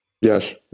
Yes